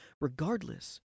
Regardless